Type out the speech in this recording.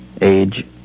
age